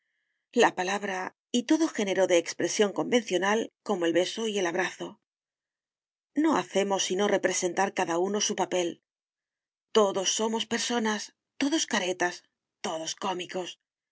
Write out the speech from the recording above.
la palabra y todo género de expresión convencional como el beso y el abrazo no hacemos sino representar cada uno su papel todos personas todos caretas todos cómicos